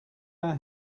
our